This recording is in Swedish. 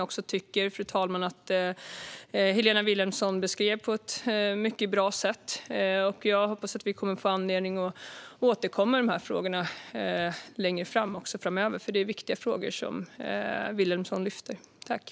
Det tycker jag att Helena Vilhelmsson beskrev på ett mycket bra sätt. Jag hoppas att vi kommer att få anledning att återkomma till de frågorna framöver. Det är viktiga frågor som Vilhelmsson lyfter fram.